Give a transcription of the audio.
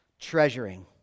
treasuring